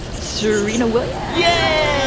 serena williams yeah